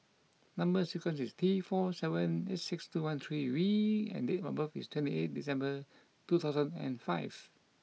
number sequence is T four seven eight six two one three V and date of birth is twenty eight December two thousand and five